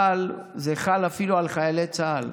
אבל זה חל אפילו על חיילי צה"ל.